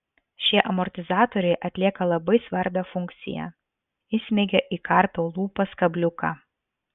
šie amortizatoriai atlieka labai svarbią funkciją įsmeigia į karpio lūpas kabliuką